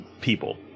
people